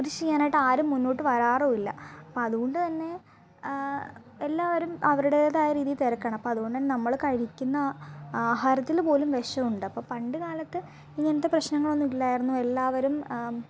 കൃഷി ചെയ്യാനായിട്ട് ആരും മുന്നോട്ട് വരാറുമില്ല അതുകൊണ്ടു തന്നെ എലാവരും അവരുടേതായ രീതി തിരക്കാണ് അപ്പോൾ അതുകൊണ്ട് തന്നെ നമ്മൾ കഴിക്കുന്ന ആഹാരത്തിൽ പോലും വിഷമുണ്ട് അപ്പം പണ്ട് കാലത്ത് ഇങ്ങനത്തെ പ്രശ്നങ്ങൾ ഒന്നും ഇല്ലായിരുന്നു എല്ലാവരും